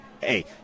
hey